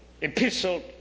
epistle